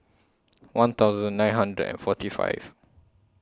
one thousand nine hundred and forty five